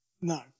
No